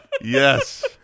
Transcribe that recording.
yes